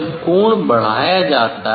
जब कोण बढ़ाया जाता है